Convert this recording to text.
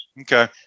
Okay